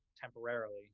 temporarily